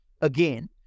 again